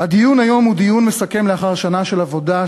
הדיון היום הוא דיון מסכם לאחר שנה של עבודה,